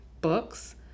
books